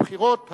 הבחירות הכלליות.